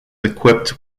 equipped